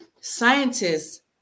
scientists